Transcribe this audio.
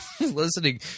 listening